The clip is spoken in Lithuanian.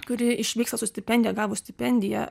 kurie išvyksta su stipendija gavus stipendiją